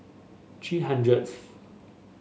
three hundredth